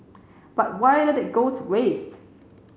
but why let it goes waste